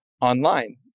online